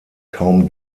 kaum